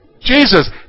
Jesus